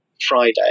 Friday